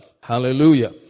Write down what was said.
Hallelujah